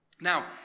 Now